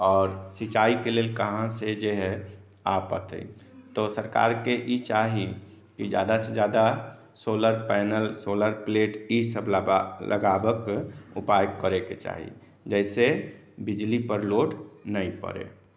आओर सिंचाई के लेल कहाँ से जे है आफत है तऽ सरकार के ई चाही की जादा से जादा सोलर पैनल सोलर प्लेट इसब लगाबक उपाय करय के चाही जैसे बिजली पर लोड नहि परै